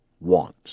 want